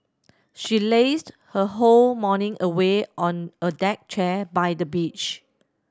she lazed her whole morning away on a deck chair by the beach